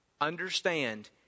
understand